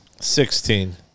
Sixteen